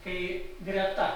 kai greta